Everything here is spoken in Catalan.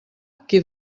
qui